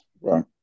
Right